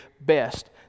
best